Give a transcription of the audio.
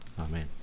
amen